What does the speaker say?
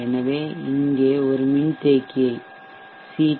எனவே இங்கே ஒரு மின்தேக்கியை சி